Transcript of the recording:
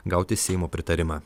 gauti seimo pritarimą